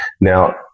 Now